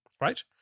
right